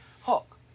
Hulk